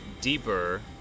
deeper